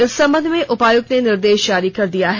इस संबंध में उपायुक्त ने निर्देश जारी कर दिया है